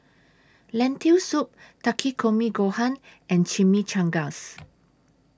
Lentil Soup Takikomi Gohan and Chimichangas